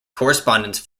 correspondence